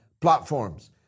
platforms